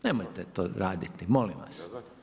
Nemojte to raditi, molim vas.